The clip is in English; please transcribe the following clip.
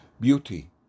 Beauty